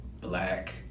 black